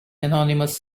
anonymous